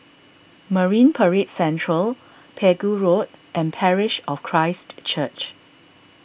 Marine Parade Central Pegu Road and Parish of Christ Church